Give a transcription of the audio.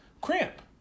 Cramp